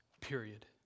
period